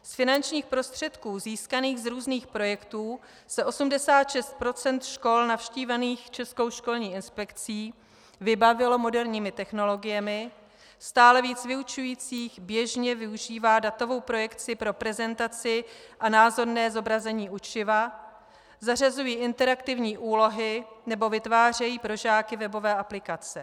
Z finančních prostředků získaných z různých projektů se 86 % škol navštívených Českou školní inspekcí vybavilo moderními technologiemi, stále víc vyučujících běžně využívá datovou projekci pro prezentaci a názorné zobrazení učiva, zařazují interaktivní úlohy nebo vytvářejí pro žáky webové aplikace.